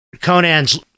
Conan's